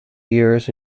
years